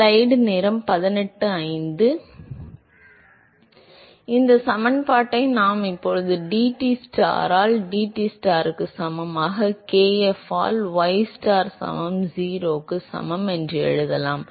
எனவே இந்த சமன்பாட்டை நாம் இப்போது dTstar ஆல் dTstar க்கு சமமான kf ஆல் ystar சமம் 0 க்கு சமம் என்று மீண்டும் எழுதலாம்